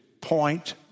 point